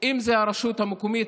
אם זה הרשות המקומית,